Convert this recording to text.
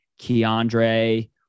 Keandre